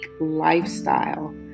lifestyle